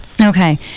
Okay